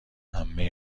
عمه